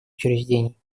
учреждений